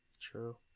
True